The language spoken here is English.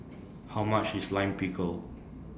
How much IS Lime Pickle